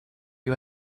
you